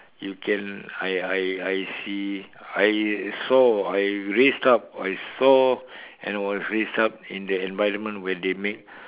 you can I I I see I saw I raised up I saw and I was raised up in the environment where they made